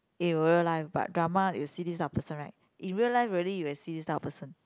in real life but drama you see this type of person right in real life you really will see this type of person